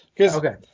Okay